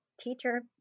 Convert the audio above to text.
teacher